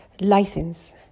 License